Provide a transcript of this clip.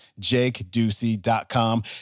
jakeducey.com